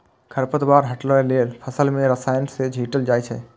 खरपतवार हटबै लेल फसल मे रसायन सेहो छीटल जाए छै